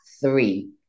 three